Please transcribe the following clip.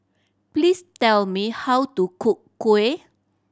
please tell me how to cook kuih